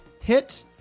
hit